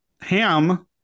ham